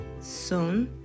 son